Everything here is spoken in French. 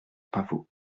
pavot